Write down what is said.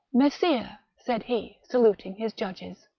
messires, said he, saluting his judges,